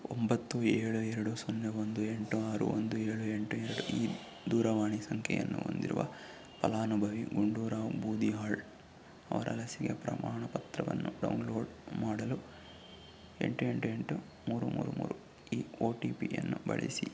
ಒಂಬತ್ತು ಏಳು ಎರಡು ಸೊನ್ನೆ ಒಂದು ಎಂಟು ಆರು ಒಂದು ಏಳು ಎಂಟು ಎರಡು ಈ ದೂರವಾಣಿ ಸಂಖ್ಯೆಯನ್ನು ಹೊಂದಿರುವ ಫಲಾನುಭವಿ ಗುಂಡೂರಾವ್ ಬೂದಿಹಾಳ್ ಅವರ ಲಸಿಕೆ ಪ್ರಮಾಣಪತ್ರವನ್ನು ಡೌನ್ಲೋಡ್ ಮಾಡಲು ಎಂಟು ಎಂಟು ಎಂಟು ಮೂರು ಮೂರು ಮೂರು ಈ ಒ ಟಿ ಪಿಯನ್ನು ಬಳಸಿ